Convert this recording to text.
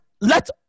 let